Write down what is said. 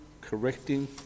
correcting